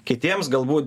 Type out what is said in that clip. kitiems galbūt